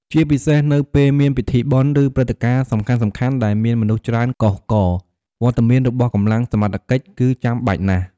ជាពិសេស នៅពេលមានពិធីបុណ្យ ឬព្រឹត្តិការណ៍សំខាន់ៗ ដែលមានមនុស្សច្រើនកុះករ វត្តមានរបស់កម្លាំងសមត្ថកិច្ចគឺចាំបាច់ណាស់។